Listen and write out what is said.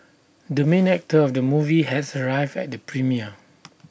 the main actor of the movie has arrived at the premiere